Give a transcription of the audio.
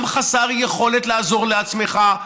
גם חסר יכולת לעזור לעצמך,